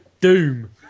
Doom